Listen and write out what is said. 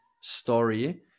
story